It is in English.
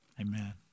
amen